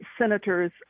senators